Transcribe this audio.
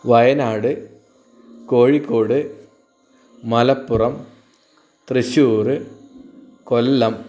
Wayanad Kozhikode Malappuram Thrissur Kollam